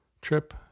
trip